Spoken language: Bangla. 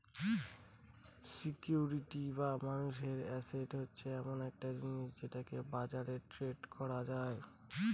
সিকিউরিটি বা মানুষের এসেট হচ্ছে এমন একটা জিনিস যেটাকে বাজারে ট্রেড করা যায়